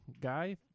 guy